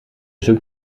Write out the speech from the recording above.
zoekt